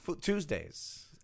Tuesdays